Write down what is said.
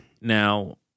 Now